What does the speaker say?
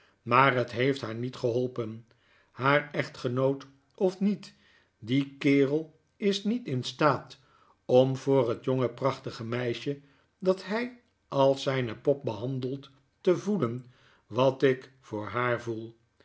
maar het heeft haar niet geholpen haar echtgenoot of niet die kerel is niet in staat om voor set jonge prachtige meisje dat hy als zyne pop behandelt te voelen wat ik voor haar voel